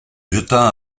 jeta